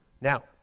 Now